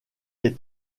est